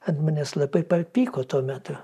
ant manęs labai papyko tuo metu